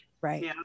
Right